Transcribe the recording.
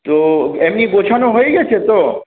তো এমনি গোছানো হয়ে গেছে তো